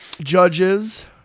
judges